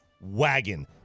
wagon